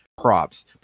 props